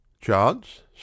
Chance